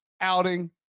outing